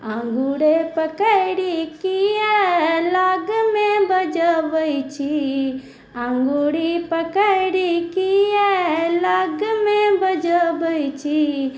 अँगुरी पकड़ि किया लगमे बजबै छी अँगुरी पकड़ि किया लगमे बजबै छी